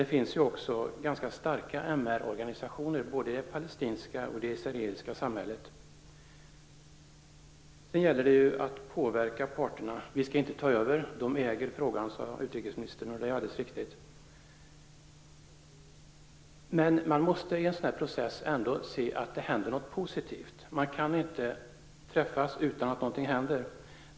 Det finns också starka MR organisationer både i det palestinska och i det israeliska samhället. Det gäller att påverka parterna. Vi skall inte ta över. Parterna äger frågan, sade utrikesministern, och det är alldeles riktigt. Men i en process av detta slag måste det ändå hända någonting positivt. Man kan inte träffas utan att någonting händer.